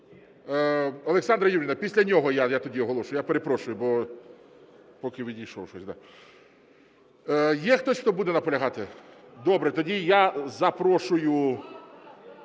Олександра Юріївна, після нього я тоді оголошу, я перепрошую, бо поки відійшов щось, так. Є хтось, хто буде наполягати? Добре. Тоді я запрошую…